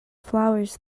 flowers